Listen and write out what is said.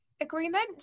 agreement